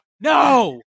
No